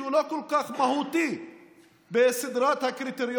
שהוא לא כל כך מהותי בסדרת הקריטריונים